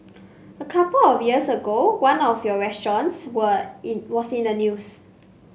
a couple of years ago one of your restaurants were in was in the news